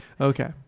Okay